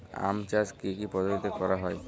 আম চাষ কি কি পদ্ধতিতে করা হয়?